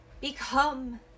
become